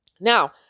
Now